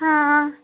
ਹਾਂ